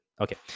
Okay